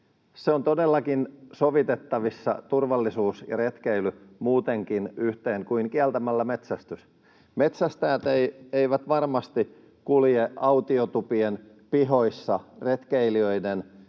ovat todellakin sovitettavissa yhteen muutenkin kuin kieltämällä metsästys. Metsästäjät eivät varmasti kulje autiotupien pihoissa retkeilijöiden